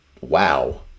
wow